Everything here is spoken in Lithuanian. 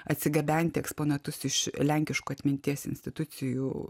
atsigabenti eksponatus iš lenkiškų atminties institucijų